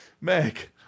meg